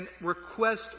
request